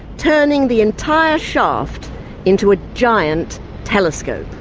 turning the entire shaft into a giant telescope.